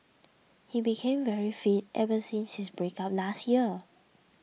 he became very fit ever since his breakup last year